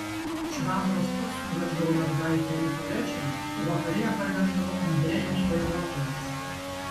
čvanovas pats nuveždavo mergaitę į koledžą o vakare ją parveždavo andrejaus vairuotojas